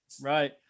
Right